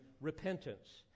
repentance